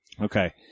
Okay